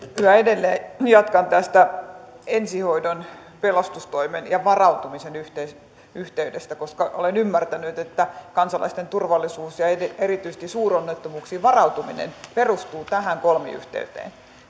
yhä edelleen jatkan tästä ensihoidon pelastustoimen ja varautumisen yhteydestä koska olen ymmärtänyt että kansalaisten turvallisuus ja erityisesti suuronnettomuuksiin varautuminen perustuvat tähän kolmiyhteyteen